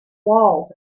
walls